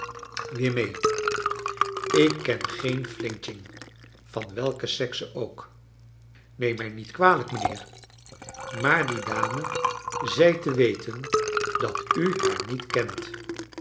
ik ken geen flinching van welke sexe ook neem mij niet kwalijk mijnheer maar die dame zei te weten dat u haar niet kent